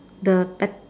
the bet